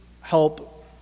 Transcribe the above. help